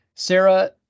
Sarah